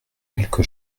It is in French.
quelque